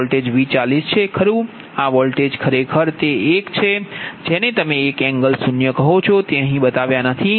આ વોલ્ટેજ ખરેખર તે એક છે જેને તમે 1∠0 કહો છો તે અહીં બતાવ્યા નથી